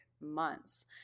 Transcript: months